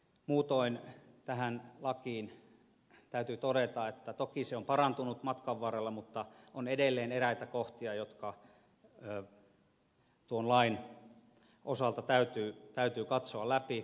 muutoin tähän lakiin täytyy todeta että toki se on parantunut matkan varrella mutta on edelleen eräitä kohtia jotka tuon lain osalta täytyy katsoa läpi